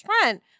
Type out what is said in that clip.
Trent